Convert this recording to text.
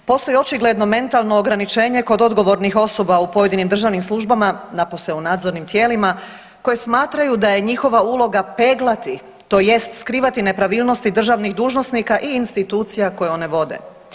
Postoji očigledno mentalno ograničenje kod odgovornih osoba u pojedinim državnim službama, napose u nadzornim tijelima, koji smatraju da je njihova uloga peglati tj. skrivati nepravilnosti državnih dužnosnika i institucija koje one vode.